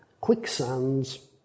Quicksands